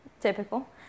Typical